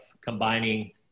combining